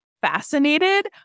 fascinated